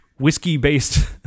Whiskey-based